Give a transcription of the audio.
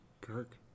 Kirk